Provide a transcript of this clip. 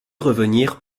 revenir